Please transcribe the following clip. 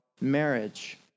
marriage